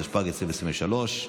התשפ"ג 2023,